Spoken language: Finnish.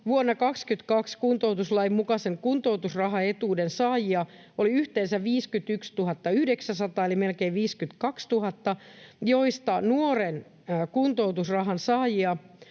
vuonna 22 kuntoutuslain mukaisen kuntoutusrahaetuuden saajia oli yhteensä 51 900 eli melkein 52 000, joista nuoren kuntoutusrahan saajia